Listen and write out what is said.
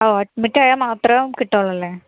ഓ admit ആയാൽ മാത്രം കിട്ടുകയുള്ളൂ അല്ലേ